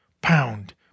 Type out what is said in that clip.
pound